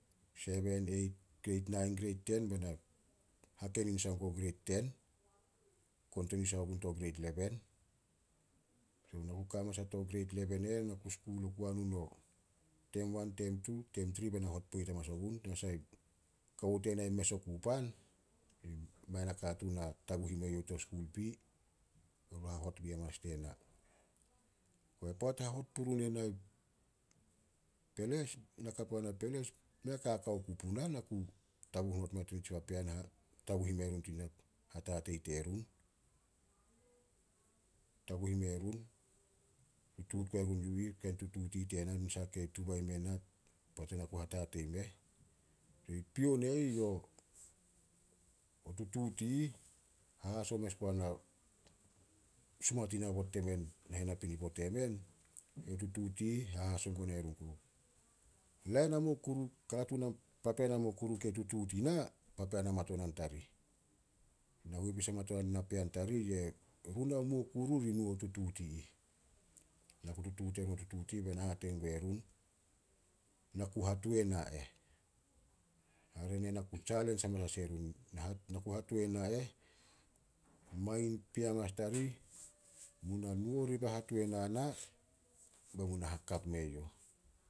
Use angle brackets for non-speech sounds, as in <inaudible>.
Seben, eit, greit nain greit ten. Be na hakenin sai guo greit ten, kontinui sai gun to greit leben. <unintelligible> Na ku ka amanas ato greit leben eh, na ku skul hanun oku o tem wan, tem tu, tem tri be na hot poit amanas ogun, tanasah kawo tena mes oku pan, mei a nakatuun taguh ime youh to skul pii, be run hahot bi amanas die na. Koba poat hahot purun ena peles, na ka puana peles, mei a kaka ku puna. Na ku taguh onot mea tani tsi papean <hesitation> taguh ime run <hesitation> hatatei terun. Taguh ime run, tutuut guai run yu ih kain tutuut i ih tena nasah kei tuba ime na poat ena ku hatatei meh. <hesitation> Pion e ih <unintelligible> o tutuut i ih, hahaso mes gua na, sumatin aobot temen nahen napinipo temen, yo tutuut i ih hahaso gua nae run. <unintelligible> Papean hamuo kuru kei tutuut i na, papean hamatonan tarih. Nahuepis amatonan na pean tarih, ye run hamuo kuru ri nu o tutuut i ih. Na ku tutuut erun o tutuut i ih be na hate gue run, na ku hatuan a eh. Hare ne na ku tsalens amanas erun. <hesitation> Mangin pea amanas tarih, <noise> Mu na nu oriba hatuan a na be mu na hakap mue youh.